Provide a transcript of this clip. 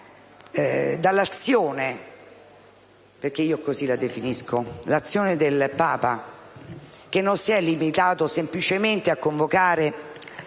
dall'azione (perché io così la definisco) del Papa, che non si è limitato semplicemente a convocare